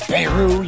Peru